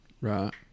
Right